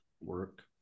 work